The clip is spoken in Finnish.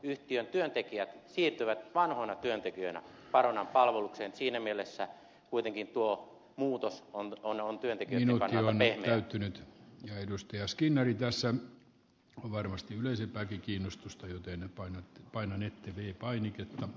yhtiön työntekijät siirtyvät vanhoina työntekijöinä baronan palvelukseen niin että siinä mielessä kuitenkin tuo muutos on paljon työtäkin ovat halunneet täytynyt edustaja skinnari tässä on varmasti yleisempää kiinnostusta jo ennen paini työntekijöiden kannalta pehmeä